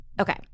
Okay